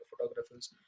photographers